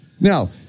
Now